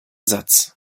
satz